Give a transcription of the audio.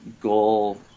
goal